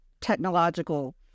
technological